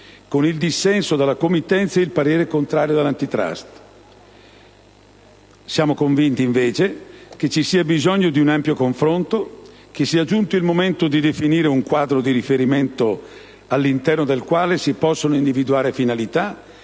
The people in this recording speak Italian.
con il dissenso della committenza e il parere contrario dell'*Antitrust*. Siamo convinti invece che ci sia bisogno di ampio confronto, che sia giunto il momento di definire un quadro di riferimento all'interno del quale si possano individuare finalità,